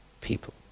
people